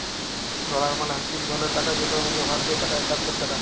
dollar মালে হছে ইক ধরলের টাকা যেটর মূল্য ভারতীয় টাকায় একাত্তর টাকা